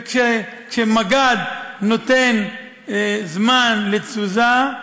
וכשמג"ד נותן זמן לתזוזה,